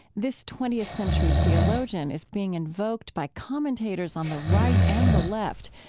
this twentieth century theologian is being invoked by commentators on the right and the left,